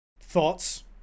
thoughts